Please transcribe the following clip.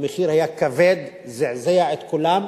המחיר היה כבד, זעזע את כולם,